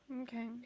okay